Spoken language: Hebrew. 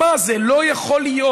שמע, זה לא יכול להיות.